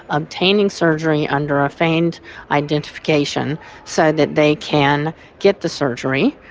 obtaining surgery under a feigned identification so that they can get the surgery.